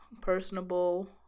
personable